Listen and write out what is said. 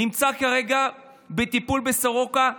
נמצא כרגע בטיפול בסורוקה,